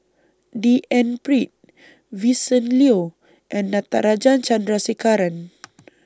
D N Pritt Vincent Leow and Natarajan Chandrasekaran